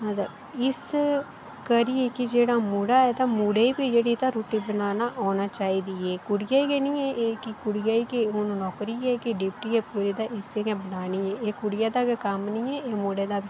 तां इस करियै कि जेह्ड़ा मुड़ा ऐ तां मुड़े ई बी जेह्ड़ी तां रुट्टी बनाना औना चाहिदी कुड़ियै गै निं एह् कि कुड़ियै गी नौकरी ऐ कि डिप्टी ऐ कि इसी गै बनानी ऐ एह् कुड़ियै दा गै कम्म निं ऐ एह् मुड़े दा बी